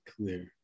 clear